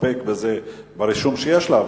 תסתפק ברישום שיש לה,